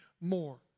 more